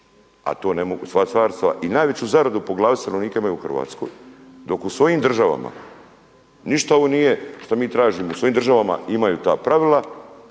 a to ne mogu sva carstva i najveću zaradu po glavi stanovnika imaju u Hrvatskoj, dok u svojim državama ništa ovo nije što mi tražimo, u svojim državama imaju ta pravila